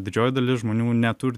didžioji dalis žmonių neturi